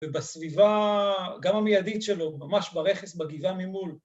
‫ובסביבה, גם המיידית שלו, ‫ממש ברכס, בגבעה ממול.